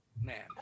man